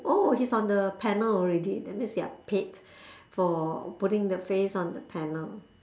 oh he's on the panel already that means they are paid for putting the face on the panel